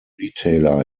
retailer